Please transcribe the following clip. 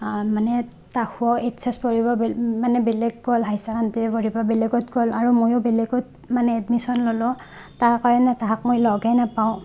মানে তাহো H S পঢ়িবলৈ মানে বেলেগ গ'ল হাই ছেকেণ্ডেৰী পঢ়িব বেলেগত গ'ল আৰু ময়ো বেলেগত মানে এডমিশ্যন ল'লোঁ তাৰ কাৰণে তাহাক মই লগেই নাপাওঁ